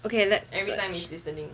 okay let's search